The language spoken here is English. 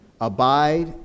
abide